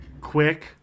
quick